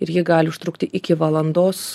ir ji gali užtrukti iki valandos